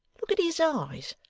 look at his eyes,